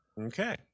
Okay